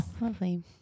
Lovely